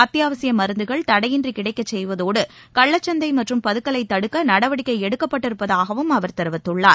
அத்தியாவசியமருந்துகள் தடையின்றிகிடைக்கத் செய்வதோடுகள்ளச்சந்தைமற்றும் பதுக்கலைதடுக்கநடவடிக்கைஎடுக்கப்பட்டிருப்பதாகவும் அவர் தெரிவித்துள்ளார்